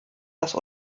das